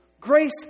grace